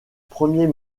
premier